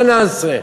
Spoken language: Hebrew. מה נעשה?